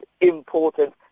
important